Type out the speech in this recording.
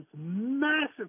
massive